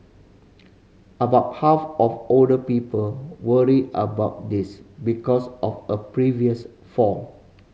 about half of older people worry about this because of a previous fall